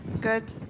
Good